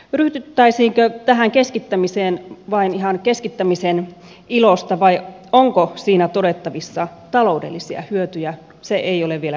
ryhdyttäisiinkö tähän keskittämiseen vain ihan keskittämisen ilosta vai onko siinä todettavissa taloudellisia hyötyjä se ei ole vielä selvinnyt